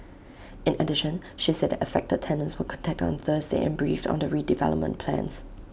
in addition she said that affected tenants were contacted on Thursday and briefed on the redevelopment plans